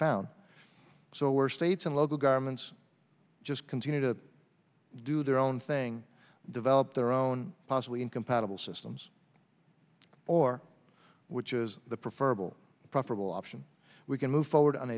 found so where states and local governments just continue to do their own thing develop their own possibly incompatible systems or which is the preferred preferable option we can move forward on